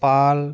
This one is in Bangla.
পাল